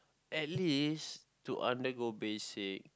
at least to undergo basic